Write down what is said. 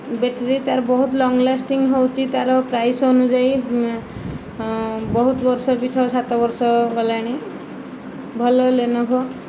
battery ତାର ବହୁତ long lasting ହେଉଛି ତାର ପ୍ରାଇସ୍ ଅନୁଯାୟୀ ବହୁତ ବର୍ଷ ବି ଛଅ ସାତବର୍ଷ ଗଲାଣି ଭଲ ଲେନୋଭୋ